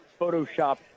Photoshopped